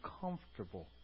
comfortable